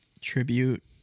tribute